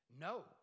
No